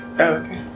Okay